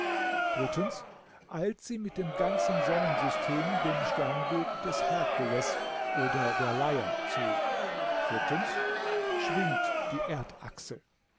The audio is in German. eilt sie mit dem ganzen sonnensystem dem sternbild des herkules oder der leier zu schwingt die erdachse